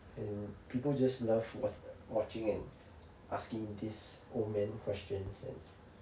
and people just love wat~ watching and asking this old man questions and